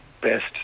best